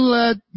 let